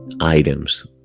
items